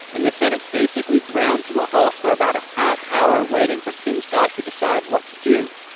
and the senate basically ground to a halt for about a half hour, waiting for tim scott to decide what to do.